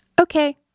Okay